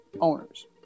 owners